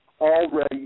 already